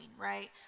right